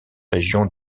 régions